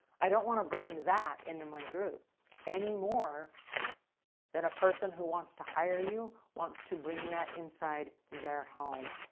i don't want to bring that into my group anymore than a person who wants to hire you, wants to bring that inside their home.